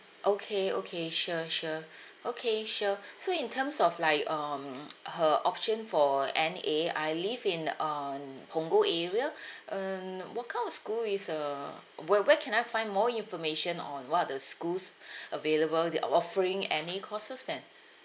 okay okay sure sure okay sure so in terms of like um her option for N_A I live in um punggol area um what kind of school is uh where where can I find more information on what are the schools available that're offering N_A courses then